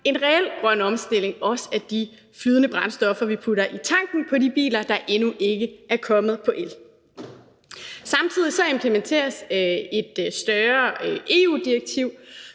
en reel grøn omstilling også af de flydende brændstoffer, vi putter i tanken på de biler, der endnu ikke er kommet på el. Samtidig implementeres et større EU-direktiv,